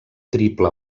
triple